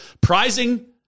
Prizing